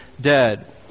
dead